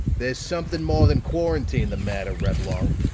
there's something more than quarantine the matter, reblong!